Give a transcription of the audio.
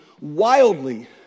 wildly